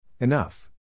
Enough